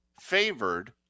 favored